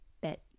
bet